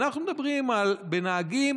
אנחנו מדברים על נהגים,